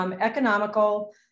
economical